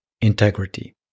integrity